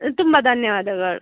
ತುಂಬ ಧನ್ಯವಾದಗಳು